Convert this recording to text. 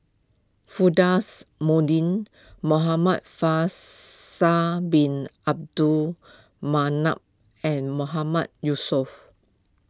Firdaus more ding Muhamad Faisal Bin Abdul Manap and Mahmood Yusof